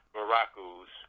Morocco's